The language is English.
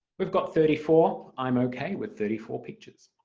we've got thirty four, i'm okay with thirty four pictures.